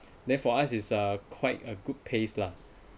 then for us is uh quite a good pace lah